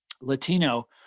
Latino